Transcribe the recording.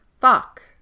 fuck